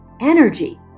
energy